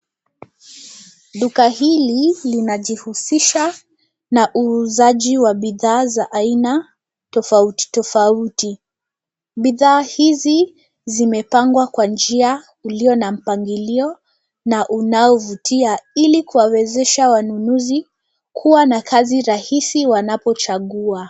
Duka hili linajihusisha na uuzaji wa bidhaa za aina tofautitofauti. Bidhaa hizi zimepangwa kwa njia ulio na mpangilio na unaovutia ili kuwawezesha wanunuzi kuwa na kazi rahisi wanapochagua.